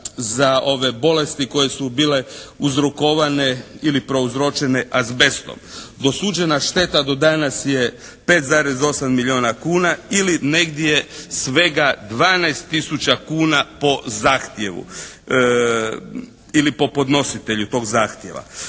za ove bolesti koje su bile uzrokovane ili prouzročene azbestom. Dosuđena šteta do danas je 5,8 milijuna kuna ili negdje svega 12 tisuća kuna po zahtjevu ili po podnositelju tog zahtjeva.